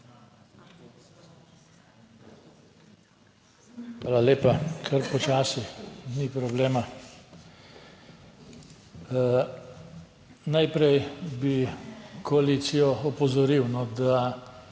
Hvala lepa. Kar počasi, ni problema. Najprej bi koalicijo opozoril, da